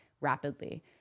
rapidly